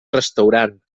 restaurant